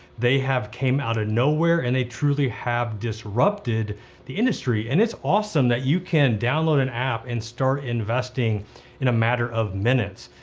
they have came out of nowhere and they truly have disrupted the industry, and it's awesome that you can download an app and start investing in a matter of minutes,